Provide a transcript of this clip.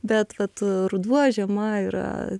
bet vat ruduo žiema yra